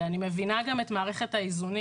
ואני מבינה גם את מערכת האיזונים